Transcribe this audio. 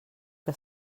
que